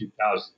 2000